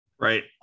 Right